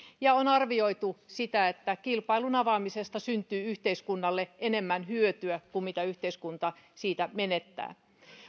ja on arvioitu sitä että kilpailun avaamisesta syntyy yhteiskunnalle enemmän hyötyä kuin mitä yhteiskunta siitä menettää